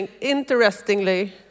interestingly